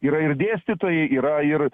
yra ir dėstytojai yra ir